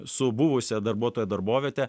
su buvusia darbuotojo darboviete